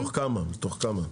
מתוך כמה?